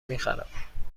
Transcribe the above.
میخرم